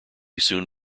soon